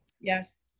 yes